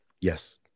Yes